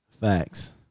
Facts